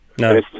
No